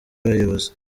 abayobozi